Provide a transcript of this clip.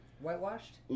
Whitewashed